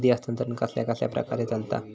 निधी हस्तांतरण कसल्या कसल्या प्रकारे चलता?